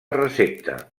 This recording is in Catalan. recepta